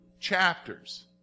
chapters